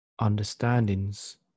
understandings